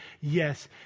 yes